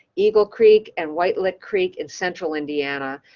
eagle creek and white lick creek in central indiana.